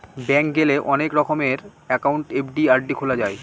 bank গেলে অনেক রকমের একাউন্ট এফ.ডি, আর.ডি খোলা যায়